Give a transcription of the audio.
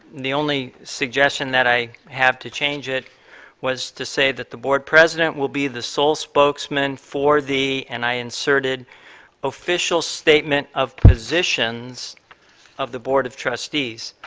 the only suggestion that i have to change it was to say that the board president will be the sole spokesman for the and i inserted official statement of position of the board of trustees.